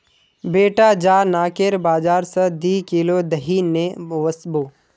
बेटा जा नाकेर बाजार स दी किलो दही ने वसबो